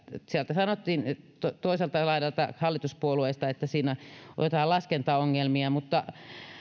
sieltä sanottiin toiselta laidalta hallituspuolueesta että siinä on jotain laskentaongelmia mutta